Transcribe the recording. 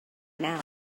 now